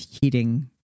heating